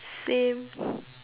same